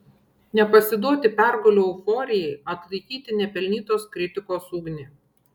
nepasiduoti pergalių euforijai atlaikyti nepelnytos kritikos ugnį